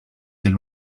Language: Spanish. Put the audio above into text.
del